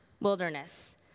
Wilderness